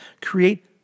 create